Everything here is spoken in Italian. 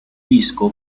disco